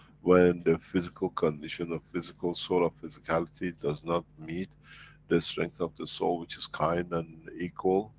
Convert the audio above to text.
when the physical condition of physical soul of physicality does not meet the strength of the soul which is kind and equal,